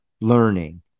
learning